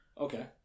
Okay